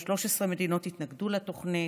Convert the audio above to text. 13 מדינות התנגדו לתוכנית,